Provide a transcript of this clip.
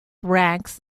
ranks